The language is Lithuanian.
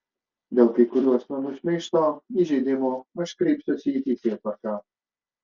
dėl kai kurių asmenų šmeižto įžeidimų aš kreipsiuosi į teisėtvarką